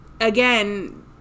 again